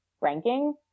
ranking